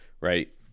right